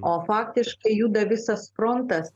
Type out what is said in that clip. o faktiškai juda visas frontas